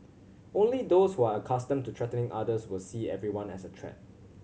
only those who are accustomed to threatening others will see everyone as a threat